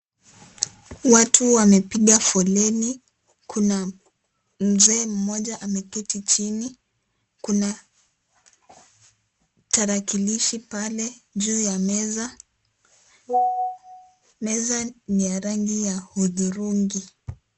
Watu wamepiga foleni, kuna mzee mmoja ameketi chini, kuna tarakilishi pale juu ya meza, meza ni ya rangi ya huthurungi.